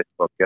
Facebook